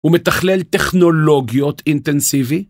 ומתכלל טכנולוגיות אינטנסיבי?